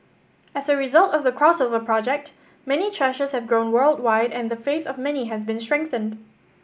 as a result of the Crossover Project many churches have grown worldwide and the faith of many has been strengthened